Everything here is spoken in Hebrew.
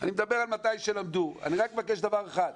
אני מדבר על מתי שלמדו, אני רק מבקש דבר אחד,